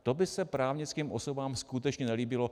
To by se právnickým osobám skutečně nelíbilo.